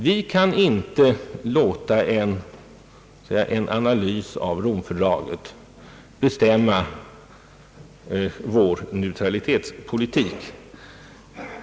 Vi kan inte låta en analys av Rom-fördraget bestämma vår neutralitetspolitik.